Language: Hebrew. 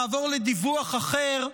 נעבור לדיווח אחר,